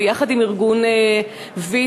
ויחד עם ארגון ויצו,